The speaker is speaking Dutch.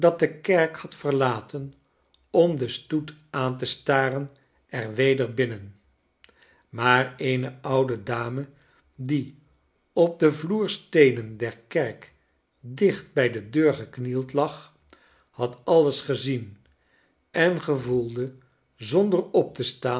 de kerk had verlaten om den stoet aan te staren er weder binnen maareene oude dame die op de vloersteenen der kerk dicht bij de deur geknield lag had alles gezien en gevoelde zonder op te staan